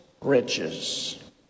riches